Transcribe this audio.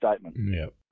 statement